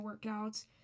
workouts